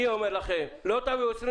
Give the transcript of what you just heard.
אני אומר לכם שאם לא תביאו את 2021,